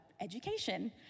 education